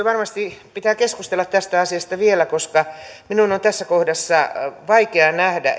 varmasti pitää keskustella tästä asiasta vielä koska minun on tässä kohdassa vaikea nähdä